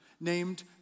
named